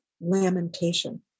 lamentation